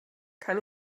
kann